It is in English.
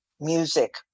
music